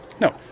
No